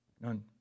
none